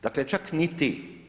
Dakle, čak ni ti.